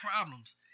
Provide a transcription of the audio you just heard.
problems